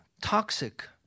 toxic